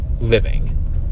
living